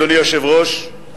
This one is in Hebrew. אדוני היושב-ראש,